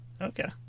Okay